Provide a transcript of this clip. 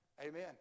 Amen